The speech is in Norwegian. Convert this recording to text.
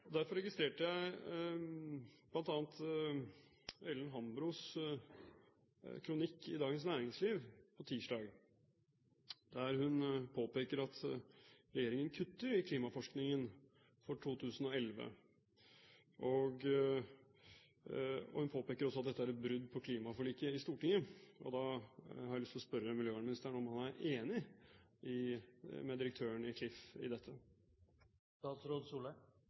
virke. Derfor registrerte jeg bl.a. Ellen Hambros kronikk i Dagens Næringsliv på tirsdag, der hun påpeker at regjeringen kutter i klimaforskningen for 2011. Hun påpeker også at dette er et brudd på klimaforliket i Stortinget. Da har jeg lyst til å spørre miljøvernministeren om han er enig med direktøren i